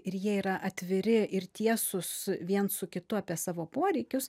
ir jie yra atviri ir tiesūs viens su kitu apie savo poreikius